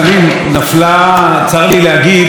ואולי אחר כך תעלה בשביל להגיב,